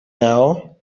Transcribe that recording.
now